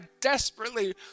desperately